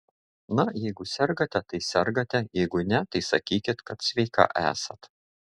na jeigu sergate tai sergate jeigu ne tai sakykit kad sveika esat